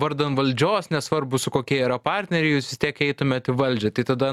vardan valdžios nesvarbu su kokie yra partneriai jūs vis tiek eitumėt į valdžią tai tada